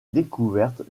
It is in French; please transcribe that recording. découvertes